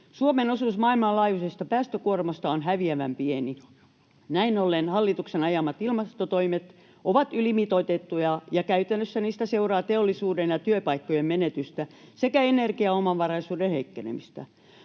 Suomen osuus maailmanlaajuisesta päästökuormasta on häviävän pieni. Näin ollen hallituksen ajamat ilmastotoimet ovat ylimitoitettuja ja käytännössä niistä seuraa teollisuuden ja työpaikkojen menetystä sekä energiaomavaraisuuden heikkenemistä.